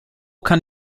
kann